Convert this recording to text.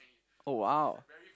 oh !wow!